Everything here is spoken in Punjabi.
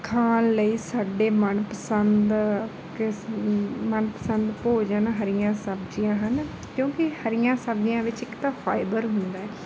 ਖਾਣ ਲਈ ਸਾਡੇ ਮਨਪਸੰਦ ਕਿਸ ਮਨਪਸੰਦ ਭੋਜਨ ਹਰੀਆਂ ਸਬਜ਼ੀਆਂ ਹਨ ਕਿਉਂਕਿ ਹਰੀਆਂ ਸਬਜ਼ੀਆਂ ਵਿੱਚ ਇੱਕ ਤਾਂ ਫਾਈਬਰ ਹੁੰਦਾ ਹੈ